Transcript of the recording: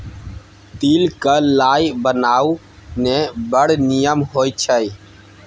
तिल क लाय बनाउ ने बड़ निमन होए छै